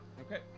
Okay